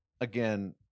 again